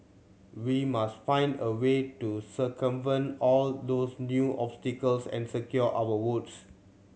we must find a way to circumvent all those new obstacles and secure our votes